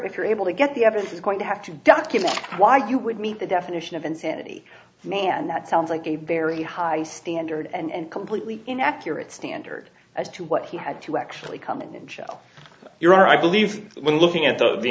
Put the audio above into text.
if you're able to get the evidence is going to have to document why you would meet the definition of insanity man that sounds like a very high standard and completely inaccurate standard as to what he had to actually come and tell your i believe looking at the